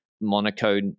Monaco